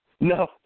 No